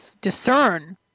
discern